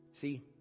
See